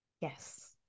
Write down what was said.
Yes